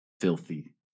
filthy